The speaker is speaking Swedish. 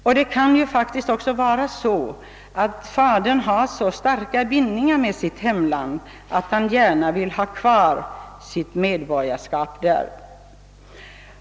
Och det kan ju också vara på det sättet att fadern har så starka bindningar till sitt hemland att han gärna vill ha kvar sitt medborgarskap där.